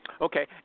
Okay